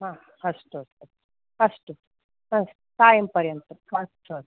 अस्तु अस्तु अस्तु सायम्पर्यन्तम् अस्तु अस्तु